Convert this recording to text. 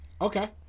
Okay